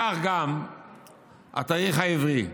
כך גם התאריך העברי.